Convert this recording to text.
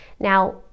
now